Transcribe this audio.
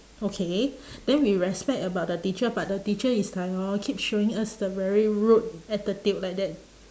okay then we respect about the teacher but the teacher is like hor keep showing us the very rude attitude like that